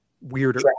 weirder